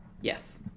Yes